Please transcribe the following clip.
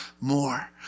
more